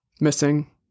Missing